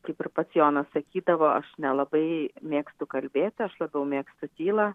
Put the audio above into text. kaip ir pats jonas sakydavo aš nelabai mėgstu kalbėti aš labiau mėgstu tylą